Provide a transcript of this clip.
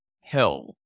Hell